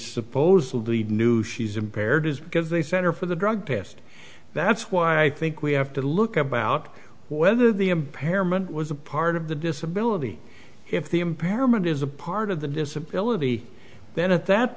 supposedly knew she's impaired is because they center for the drug test that's why i think we have to look about whether the impairment was a part of the disability if the impairment is a part of the disability then at that